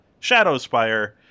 Shadowspire